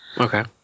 Okay